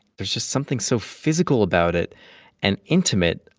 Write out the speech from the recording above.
there's just something so physical about it and intimate.